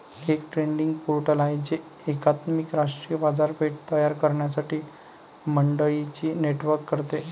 एक trading portal आहे जे एकात्मिक राष्ट्रीय बाजारपेठ तयार करण्यासाठी मंडईंचे नेटवर्क करते